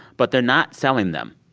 but they're not selling them.